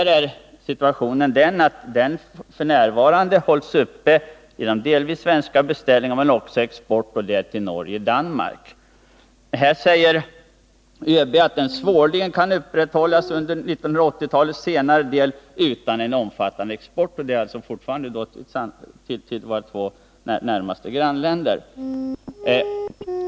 Situationen är ju den att verkstaden f. n. hålls uppe genom dels svenska beställningar, dels också export till Norge och Danmark. ÖB säger att verkstaden svårligen kan upprätthållas under 1980-talets senare del utan en omfattande export — och den gäller fortfarandé våra två närmaste grannländer.